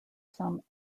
some